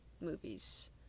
movies